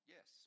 Yes